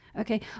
Okay